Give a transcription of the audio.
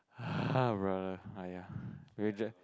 brother aiya